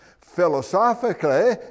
Philosophically